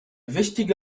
wichtige